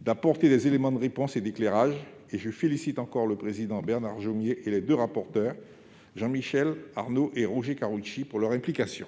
d'apporter des éléments de réponse et d'éclairage et je félicite encore son président, Bernard Jomier, et ses deux rapporteurs, Jean-Michel Arnaud et Roger Karoutchi, pour leur implication.